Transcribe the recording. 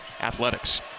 Athletics